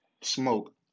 Smoke